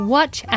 Watch